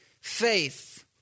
faith